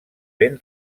ben